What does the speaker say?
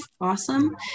awesome